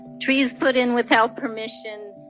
trees put in without permission,